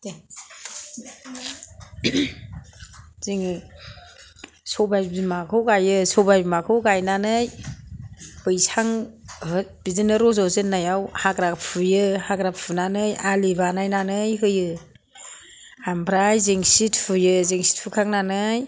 जोङो सबााइ बिमाखौ गायो सबाइ बिमाखौ गायनानै बैसां होयो बिदिनो रज'जेननायाव हाग्रा फुयो हाग्रा फुनानै आलि बानायनानै होयो ओमफ्राय जेंसि थुयो जेंसि थुखांनानै